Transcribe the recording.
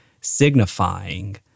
signifying